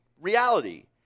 reality